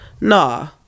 nah